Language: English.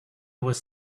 was